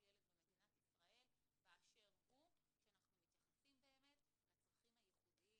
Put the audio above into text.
ילד במדינת ישראל באשר הוא כאשר אנחנו מתייחסים באמת לצרכים הייחודיים,